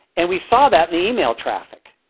and we saw that the e-mail traffic,